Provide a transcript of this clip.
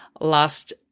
last